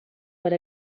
per